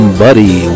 buddy